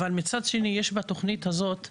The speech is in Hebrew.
אבל מצד שני יש בתוכנית הזאת אלמנט,